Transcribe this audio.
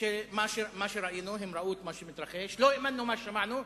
מה שראינו, הם ראו מה שמתרחש, לא האמנו מה ששמענו.